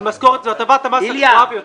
זו הטבת המס הגבוהה ביותר.